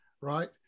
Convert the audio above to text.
right